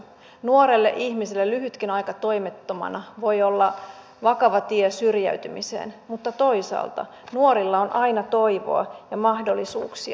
nuorelle ihmiselle lyhytkin aika toimettomana voi olla vakava tie syrjäytymiseen mutta toisaalta nuorilla on aina toivoa ja mahdollisuuksia